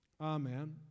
Amen